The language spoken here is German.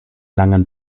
langen